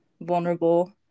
vulnerable